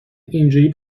اینجوری